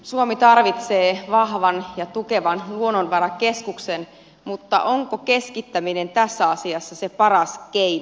suomi tarvitsee vahvan ja tukevan luonnonvarakeskuksen mutta onko keskittäminen tässä asiassa se paras keino kysyn